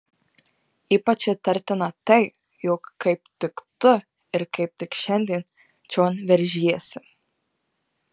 ypač įtartina tai jog kaip tik tu ir kaip tik šiandien čion veržiesi